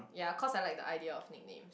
ya cause I like the idea of nickname